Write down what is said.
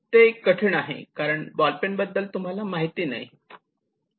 ते कठीण आहे कारण बॉल पेन बद्दल तुम्हाला माहिती नाही